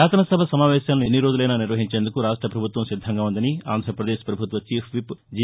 శాసనసభ సమావేశాలను ఎన్ని రోజులైనా నిర్వహించేందుకు రాష్ట పభుత్వం సిద్దంగా ఉందని ఆంధ్రపదేశ్ ప్రభుత్వ చీఫ్ విప్ జి